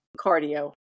cardio